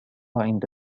عند